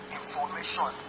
information